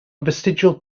vestigial